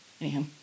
Anyhow